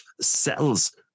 cells